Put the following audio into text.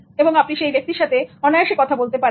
ধরা যাক আপনি সেই ব্যক্তির সাথে অনায়াসেই কথা বলতে পারেন